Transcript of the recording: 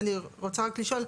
אני רוצה רק לשאול,